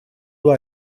nur